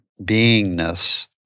beingness